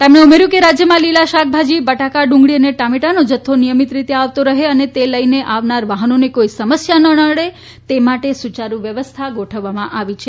તેમણે ઉમેર્યુ કે રાજયમાં લીલા શાકભાજી બટાકા ડુંગળી અને ટામેટાનો જથ્થો નિયમિત રીત આવતો રહે અને તે લઇને આવનારા વાફનોને કોઇ સમસ્યા ન નડે તે માટે સુયારૂ વ્યવસ્થા ગોઠવવામાં આવી છે